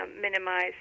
minimize